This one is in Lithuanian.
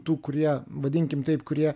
tų kurie vadinkim taip kurie